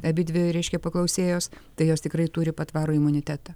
abidvi reiškia paklausėjos tai jos tikrai turi patvarų imunitetą